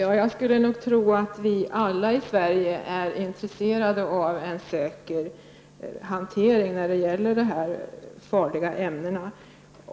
Herr talman! Jag tror att alla i Sverige är intresserade av en säker hantering av dessa farliga ämnen.